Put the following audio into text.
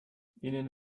ihnen